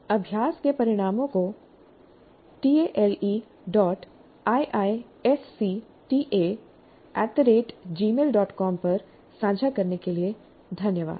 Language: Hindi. अभ्यास के परिणामों को taleiisctagmailcom पर साझा करने के लिए धन्यवाद